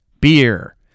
beer